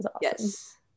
yes